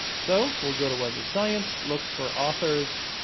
so we'll go to web of science, look for authors,